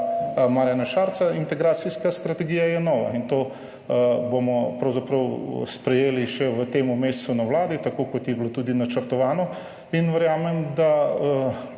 vlada Marjana Šarca, integracijska strategija je nova in to bomo pravzaprav sprejeli še v tem mesecu na Vladi, tako kot je bilo tudi načrtovano, in verjamem, da